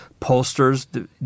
pollsters